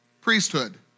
priesthood